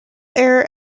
air